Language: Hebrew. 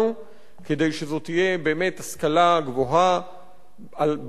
כדי שזו תהיה באמת השכלה גבוהה בעלת רמה,